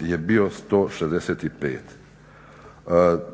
je bio 165.